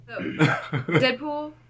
Deadpool